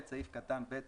סעיף קטן (ב)